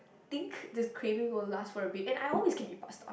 think this craving will last for a bit and I always can eat pasta